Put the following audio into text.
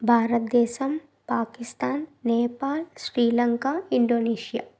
Bharatadesam Pakistan Nepal Sri Lanka Indonesia